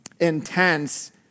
intense